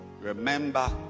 remember